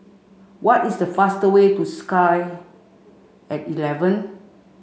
what is the fastest way to Sky at eleven